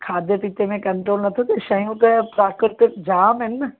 खाधे पीते में कंट्रोल नथो थिए शयूं त प्राकृतिक जाम आहिनि न